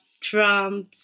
Trump